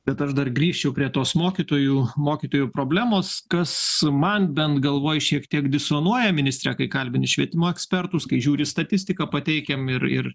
bet ar dar grįšiu prie tos mokytojų mokytojų problemos kas man bent galvoj šiek tiek disonuoja ministre kai kalbini švietimo ekspertus kai žiūri statistiką pateikiam ir ir